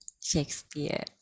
Shakespeare